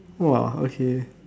!wah! okay